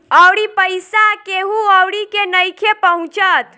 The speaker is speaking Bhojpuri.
अउरी पईसा केहु अउरी के नइखे पहुचत